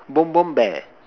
bom bom bear